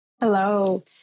Hello